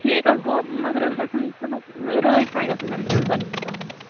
ٹھیٖک حظ گوٚو مگر حظ گَژھن صُبحس رٲژۍ تانۍ گَژھن مےٚ بنٕنۍ یِم کانٛگرِ